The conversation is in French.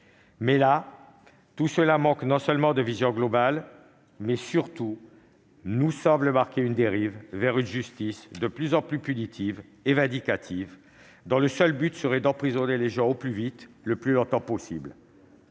là nous paraît non seulement manquer de vision globale, mais surtout marquer une dérive vers une justice de plus en plus punitive et vindicative, dont le seul but serait d'emprisonner les gens au plus vite et le plus longtemps possible.